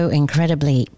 incredibly